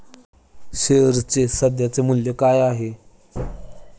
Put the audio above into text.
शेअर्सचे सध्याचे मूल्य काय आहे?